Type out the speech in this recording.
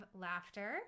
laughter